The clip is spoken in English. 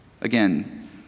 Again